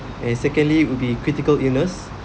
and secondly will be critical illness